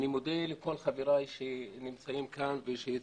אני מודה לכל חבריי שנמצאים פה ושהצביעו.